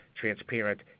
transparent